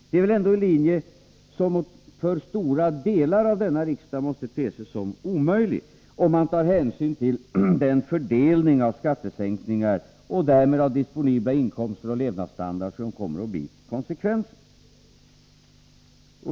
Det är ändå en linje som för stora delar av denna riksdag måste te sig som omöjlig att följa, om man tar hänsyn till den fördelning av skattesänkningar och därmed av disponibla inkomster och av levnadsstandard som kommer att bli konsekvensen.